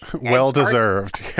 Well-deserved